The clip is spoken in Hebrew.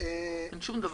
אין הרתעה.